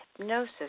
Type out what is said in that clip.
Hypnosis